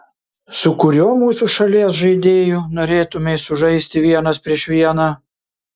su kuriuo mūsų šalies žaidėju norėtumei sužaisti vienas prieš vieną